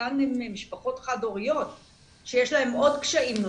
חלקן הן משפחות חד הוריות שיש להן עוד קשיים.